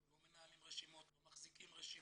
אנחנו לא מנהלים רשימות, לא מחזיקים רשימות,